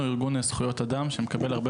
אנחנו ארגון לזכויות אדם שמקבל הרבה